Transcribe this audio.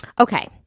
Okay